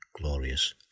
glorious